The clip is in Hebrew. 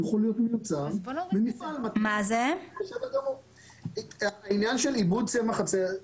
יכול להיות מיוצר במפעל - העניין של עיבוד צמח הקנאביס,